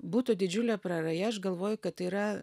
būtų didžiulė praraja aš galvoju kad tai yra